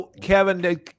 Kevin